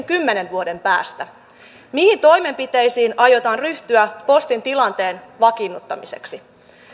kymmenen vuoden päästä mihin toimenpiteisiin aiotaan ryhtyä postin tilanteen vakiinnuttamiseksi